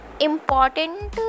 important